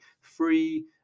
free